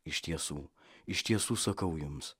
iš tiesų iš tiesų sakau jums